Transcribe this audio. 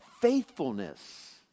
faithfulness